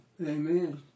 Amen